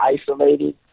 isolated